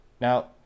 now